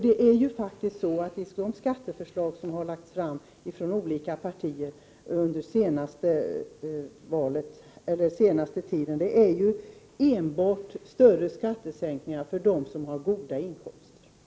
De skatteförslag som har lagts fram från olika partier under den senaste tiden innebär enbart större skattesänkningar för dem som har goda inkomster. Tack för ordet!